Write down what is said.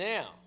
Now